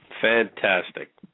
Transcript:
Fantastic